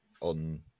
on